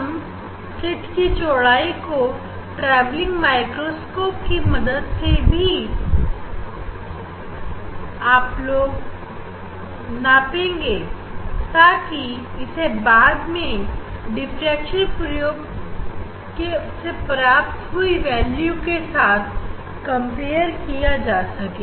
हम स्लीट की चौड़ाई को ट्रैवलिंग माइक्रोस्कोप की मदद से बिन आप लेंगे ताकि इसे बाद में डिफ्रेक्शन प्रयोग से प्राप्त की गई वैल्यू के साथ कंपेयर किया जा सके